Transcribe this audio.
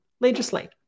legislate